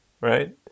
right